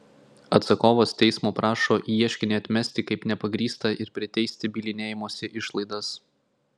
atsakovas teismo prašo ieškinį atmesti kaip nepagrįstą ir priteisti bylinėjimosi išlaidas